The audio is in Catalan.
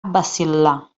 vacil·lar